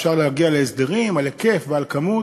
אפשר להגיע להסדרים על היקף ועל כמות,